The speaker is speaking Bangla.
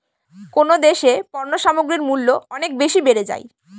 কোন দেশে পণ্য সামগ্রীর মূল্য অনেক বেশি বেড়ে যায়?